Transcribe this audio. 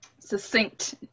succinct